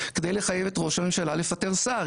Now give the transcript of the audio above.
כדי לחייב את ראש הממשלה לפטר שר,